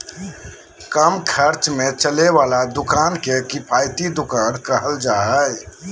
कम खर्च में चले वाला दुकान के किफायती दुकान कहल जा हइ